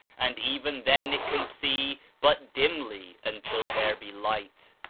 and even then it can see but dimly until there be light.